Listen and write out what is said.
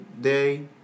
day